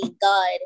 God